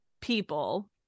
people